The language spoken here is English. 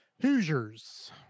Hoosiers